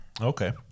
Okay